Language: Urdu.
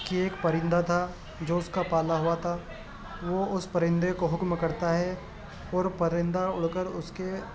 کہ ایک پرندہ تھا جو اس کا پالا ہوا تھا تو وہ اس پرندے کو حکم کرتا ہے اور پرندہ اڑ کر اس کے